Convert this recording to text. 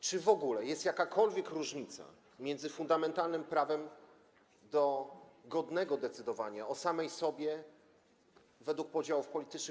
Czy w ogóle jest jakakolwiek różnica między fundamentalnym prawem do godnego decydowania o samej sobie według podziałów politycznych.